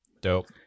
Dope